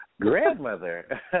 grandmother